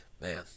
Man